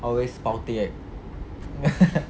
always